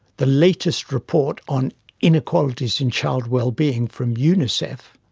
the latest report on inequalities in child well-being from unicef,